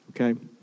Okay